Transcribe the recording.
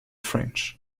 french